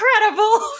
incredible